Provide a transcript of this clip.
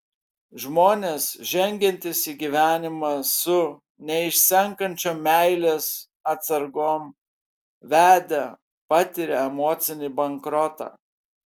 žmonės žengiantys į gyvenimą su neišsenkančiom meilės atsargom vedę patiria emocinį bankrotą